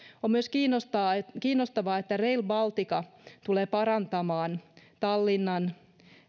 on myös kiinnostavaa että rail baltica tulee parantamaan tallinnan